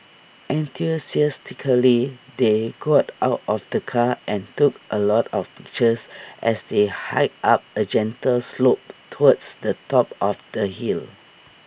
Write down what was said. enthusiastically they got out of the car and took A lot of pictures as they hiked up A gentle slope towards the top of the hill